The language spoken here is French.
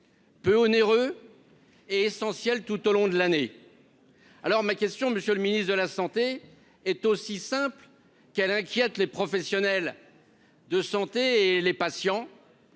peu onéreux et essentiel, tout au long de l'année, alors ma question, monsieur le ministre de la Santé est aussi simple qu'elle inquiète les professionnels de santé et les patients.